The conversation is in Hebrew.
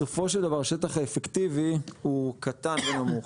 בסופו של דבר, השטח האפקטיבי הוא קטן ונמוך.